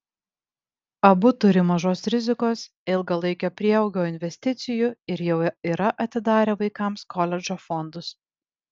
abu turi mažos rizikos ilgalaikio prieaugio investicijų ir jau yra atidarę vaikams koledžo fondus